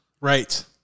Right